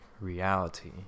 reality